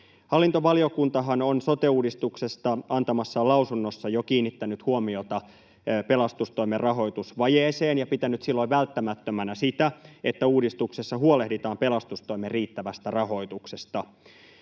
Hallintovaliokuntahan on sote-uudistuksesta antamassaan lausunnossa jo kiinnittänyt huomiota pelastustoimen rahoitusvajeeseen ja pitänyt silloin välttämättömänä sitä, että uudistuksessa huolehditaan pelastustoimen riittävästä rahoituksesta.